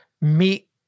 meet